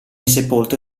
sepolto